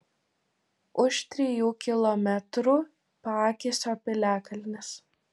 už trijų kilometrų pakisio piliakalnis